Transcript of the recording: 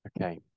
Okay